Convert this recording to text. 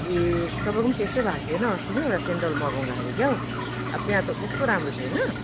ए तपाईँको पनि त्यस्तै भएको थियो होइन अस्ति नै एउटा सेन्डल मगाउँदाखेरि क्याउ अब त्यहाँ त कस्तो राम्रो थियो होइन